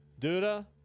Duda